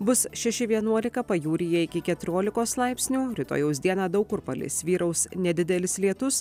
bus šeši vienuolika pajūryje iki keturiolikos laipsnių rytojaus dieną daug kur palis vyraus nedidelis lietus